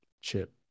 chip